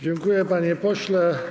Dziękuję, panie pośle.